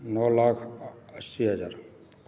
नओ लाख अस्सी हजार